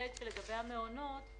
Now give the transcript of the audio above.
לגבי המעונות,